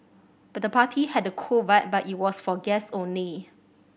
the party had a cool vibe but it was for guests only